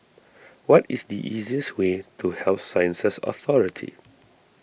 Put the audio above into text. what is the easiest way to Health Sciences Authority